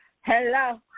Hello